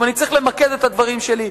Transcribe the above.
אם אני צריך למקד את הדברים שלי: